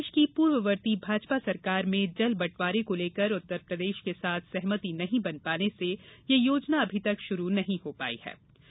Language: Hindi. प्रदेश की पूर्ववर्ती भाजपा सरकार में जल बंटवारे को लेकर उत्तर प्रदेश के साथ सहमति नहीं बनने से यह योजना अभी तक शुरू नहीं हो पाई थी